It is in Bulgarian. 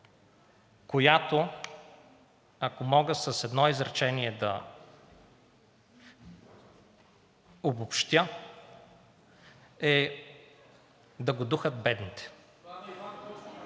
която, ако мога с едно изречение да обобщя, е: „да го духат бедните“.